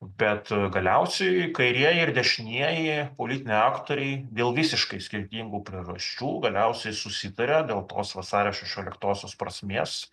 bet galiausiai kairieji ir dešinieji politiniai aktoriai dėl visiškai skirtingų priežasčių galiausiai susitarė dėl tos vasario šešioliktosios prasmės